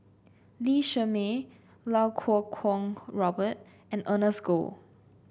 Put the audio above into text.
Lee Shermay Iau Kuo Kwong Robert and Ernest Goh